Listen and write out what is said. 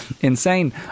insane